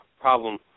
problem